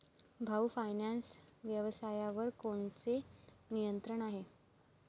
भाऊ फायनान्स व्यवसायावर कोणाचे नियंत्रण आहे?